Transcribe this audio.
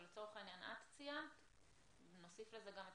שלצורך העניין את ציינת ונוסיף לזה גם את